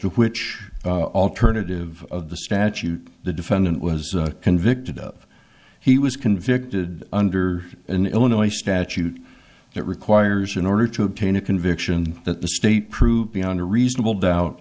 which alternative of the statute the defendant was convicted of he was convicted under an illinois statute that requires in order to obtain a conviction that the state prove beyond a reasonable doubt